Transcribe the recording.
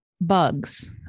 bugs